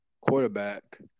quarterback